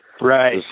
Right